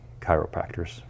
chiropractors